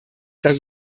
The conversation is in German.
dass